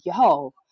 yo